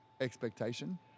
Expectation